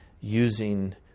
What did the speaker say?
using